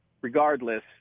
regardless